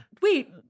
wait-